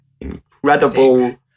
incredible